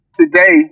today